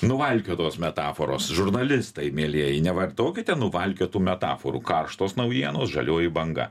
nuvalkiotos metaforos žurnalistai mielieji nevartokite nuvalkiotų metaforų karštos naujienos žalioji banga